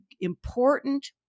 important